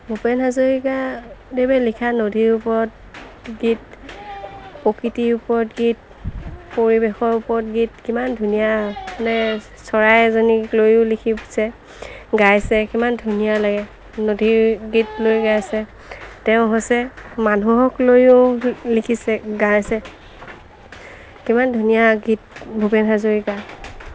ভূপেন হাজৰিকাদেৱে লিখা নদীৰ ওপৰত গীত প্ৰকৃতিৰ ওপৰত গীত পৰিৱেশৰ ওপৰত গীত কিমান ধুনীয়া মানে চৰাই এজনীক লৈও লিখিছে গাইছে কিমান ধুনীয়া লাগে নদীৰ গীত লৈ গাইছে তেওঁ হৈছে মানুহক লৈও লিখিছে গাইছে কিমান ধুনীয়া গীত ভূপেন হাজৰিকা